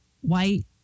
white